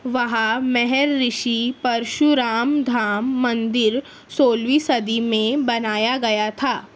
وہاں مہرشی پرشو رام دھام مندر سولہویں صدی میں بنایا گیا تھا